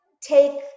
take